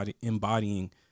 Embodying